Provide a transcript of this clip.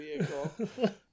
vehicle